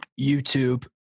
youtube